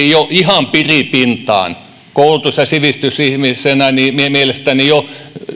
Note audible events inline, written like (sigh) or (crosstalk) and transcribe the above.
(unintelligible) jo ihan piripintaan koulutus ja sivistysihmisenä mielestäni jo ylikin niin nyt